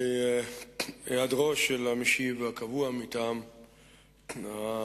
בהיעדרו של המשיב הקבוע מטעם הממשלה,